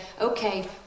Okay